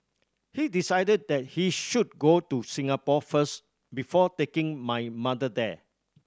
he decided that he should go to Singapore first before taking my mother there